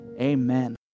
amen